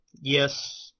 yes